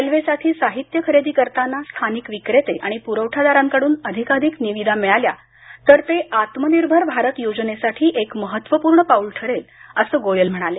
रेल्वेसाठी साहित्य खरेदी करताना स्थानिक विक्रेते आणि पुरवठादारांकडून अधिक निविदा मिळाल्या तर ते आत्मनिर्भर भारत योजनेसाठी एक महत्वपूर्ण पाऊल ठरेल असं गोयल म्हणाले